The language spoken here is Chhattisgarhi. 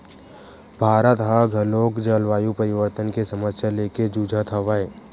भारत ह घलोक जलवायु परिवर्तन के समस्या लेके जुझत हवय